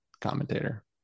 commentator